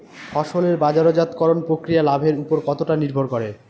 ফসলের বাজারজাত করণ প্রক্রিয়া লাভের উপর কতটা নির্ভর করে?